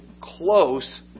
close